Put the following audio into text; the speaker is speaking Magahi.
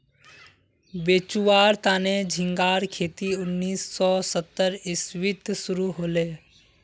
बेचुवार तने झिंगार खेती उन्नीस सौ सत्तर इसवीत शुरू हले